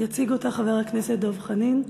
יציג אותה חבר הכנסת דב חנין.